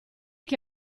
che